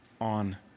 on